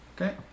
Okay